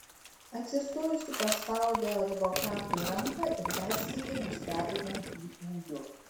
atsistojusi paspaudė advokatui ranką ir dar sykį nustebino jį ūgiu